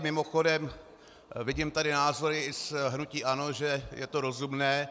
Mimochodem, vidím tady názory i z hnutí ANO, že je to rozumné.